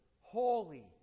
holy